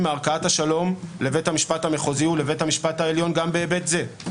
מערכאת השלום לבית המשפט המחוזי ולבית המשפט העליון וגם בהיבט זה.